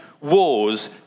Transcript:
wars